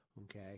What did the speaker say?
Okay